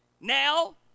Now